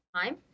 time